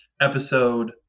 episode